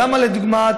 לדוגמה,